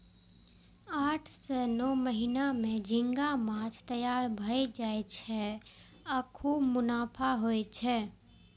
आठ सं नौ महीना मे झींगा माछ तैयार भए जाय छै आ खूब मुनाफा होइ छै